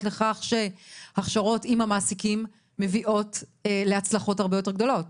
לכך שהכשרות עם המעסיקים מביאות להצלחות הרבה יותר גדולות?